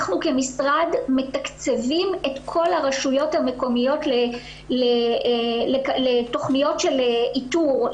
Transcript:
אנחנו כמשרד מתקצבים את כל הראשויות המקומיות לתוכניות של איתור,